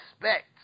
respect